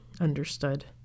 understood